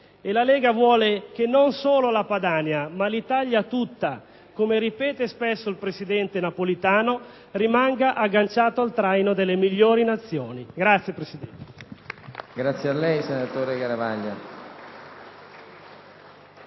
La Lega vuole che non solo la Padania, ma l'Italia tutta, come ripete spesso il presidente Napolitano, rimanga agganciata al traino delle migliori Nazioni. *(Applausi